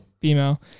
Female